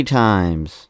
times